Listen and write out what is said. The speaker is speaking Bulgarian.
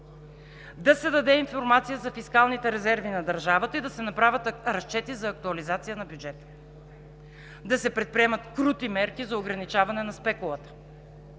да се даде информация за фискалните резерви на държавата и да се направят разчети за актуализация на бюджета; да се предприемат крути мерки за ограничаване на спекулата;